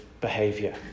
behavior